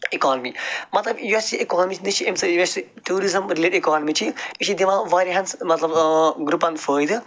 economy مطلب یۄس یہِ اِکانمی چھِ نہٕ چھِ اَمہِ سۭتۍ یۄس ٹیٛوٗرِزٕم رٔلیٹِڈ اِکانمی چھِ یہِ چھِ دِوان واریاہَن مطلب ٲں گرٛوپَن فٲیِدٕ